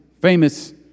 famous